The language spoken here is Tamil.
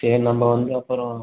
சரி நம்ம வந்து அப்புறம்